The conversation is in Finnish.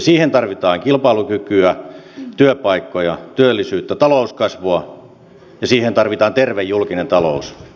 siihen tarvitaan kilpailukykyä työpaikkoja työllisyyttä talouskasvua ja siihen tarvitaan terve julkinen talous